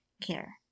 care